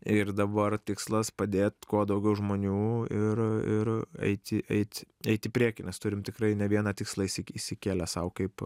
ir dabar tikslas padėt kuo daugiau žmonių ir ir eiti eit eit į priekį nes turim tikrai ne vieną tikslą išsi išsikėlę sau kaip